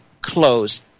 close